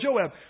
Joab